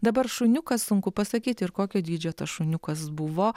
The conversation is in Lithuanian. dabar šuniukas sunku pasakyti ir kokio dydžio tas šuniukas buvo